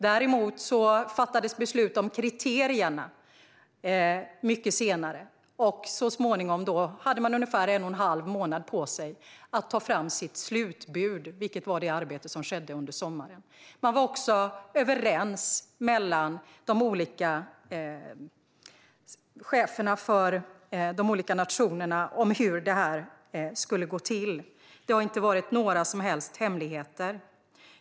Däremot fattades beslut om kriterierna mycket senare, och så småningom hade man ungefär en och en halv månad på sig att ta fram sitt slutbud. Det arbetet skedde under sommaren. Cheferna från de olika nationerna var också överens om hur detta skulle gå till. Det har inte funnits några som helst hemligheter.